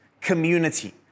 community